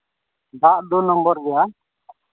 ᱫᱟᱜ ᱫᱩ ᱱᱚᱢᱵᱚᱨ ᱜᱮᱭᱟ